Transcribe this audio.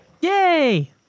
Yay